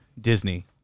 Disney